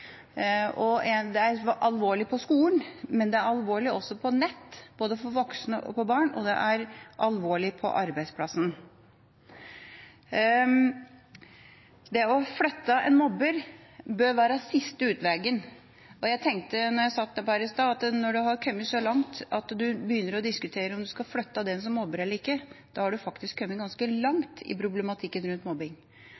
samfunnsproblem. Det er alvorlig på skolen, men det er alvorlig også på nett, både for voksne og for barn, og det er alvorlig på arbeidsplassen. Det å flytte en mobber bør være siste utveg, og jeg tenkte mens jeg satt her i stad, at når en har kommet så langt at en begynner å diskutere den som mobber eller ikke, da har en faktisk kommet ganske langt i problematikken rundt mobbing.